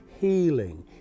healing